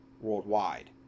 worldwide